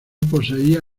poseía